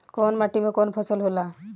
कवन माटी में कवन फसल हो ला?